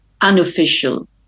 unofficial